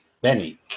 Benny